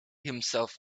himself